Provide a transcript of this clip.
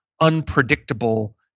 unpredictable